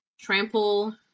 trample